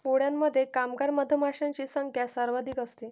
पोळ्यामध्ये कामगार मधमाशांची संख्या सर्वाधिक असते